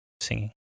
singing